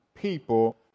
People